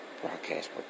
broadcast